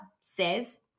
says